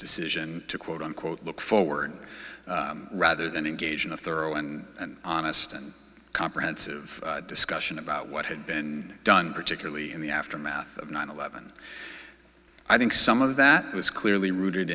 decision to quote unquote look forward rather than engage in a thorough and honest and comprehensive discussion about what had been done particularly in the aftermath of nine eleven i think some of that was clearly rooted